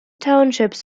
townships